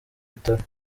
bitaro